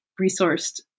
resourced